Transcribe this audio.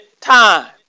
time